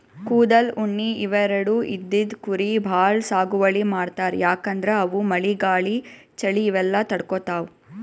ಕೂದಲ್, ಉಣ್ಣಿ ಇವೆರಡು ಇದ್ದಿದ್ ಕುರಿ ಭಾಳ್ ಸಾಗುವಳಿ ಮಾಡ್ತರ್ ಯಾಕಂದ್ರ ಅವು ಮಳಿ ಗಾಳಿ ಚಳಿ ಇವೆಲ್ಲ ತಡ್ಕೊತಾವ್